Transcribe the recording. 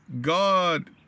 God